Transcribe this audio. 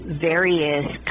various